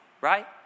right